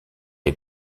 est